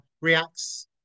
reacts